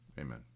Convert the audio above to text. amen